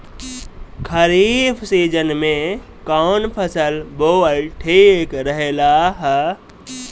खरीफ़ season में कौन फसल बोअल ठिक रहेला ह?